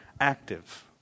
active